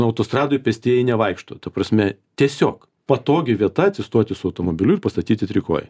autostradoj pėstieji nevaikšto ta prasme tiesiog patogi vieta atsistoti su automobiliu ir pastatyti trikojį